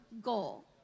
goal